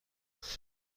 منزوین